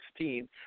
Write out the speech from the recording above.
2016